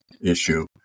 issue